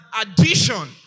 addition